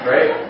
Right